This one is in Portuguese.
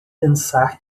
pensar